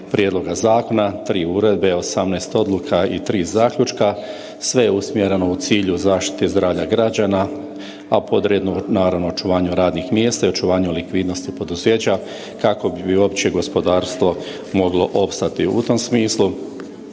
prijedloga zakona, 3 uredbe, 18 odluka i 3 zaključka sve je usmjereno u cilju zaštite zdravlja građana, a podredno naravno očuvanju radnih mjesta i očuvanju likvidnosti poduzeća kako bi uopće gospodarstvo moglo opstati. U tom smislu